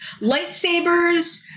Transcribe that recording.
lightsabers